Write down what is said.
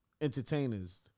entertainers